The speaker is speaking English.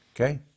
Okay